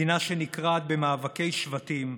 מדינה שנקרעת במאבקי שבטים,